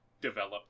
develop